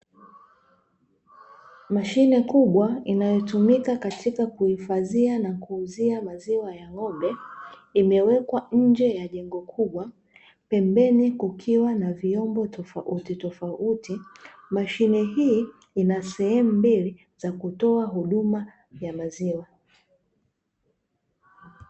Mashine kubwa inayotumika katika kuhifadhia na kuuzia maziwa ya ng'ombe, imewekwa nje ya jengo kubwa, pembeni kukiwa na vyombo tofauti tofauti mashine hii ina sehemu mbili za kutoa huduma ya maziwa.